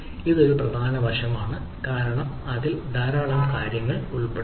ഇത് ഒരു പ്രധാന വശമാണ് കാരണം അതിൽ ധാരാളം വശങ്ങൾ ഉൾപ്പെടുന്നു